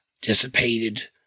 dissipated